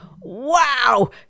Wow